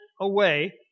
away